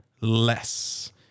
less